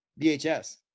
VHS